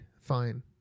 Fine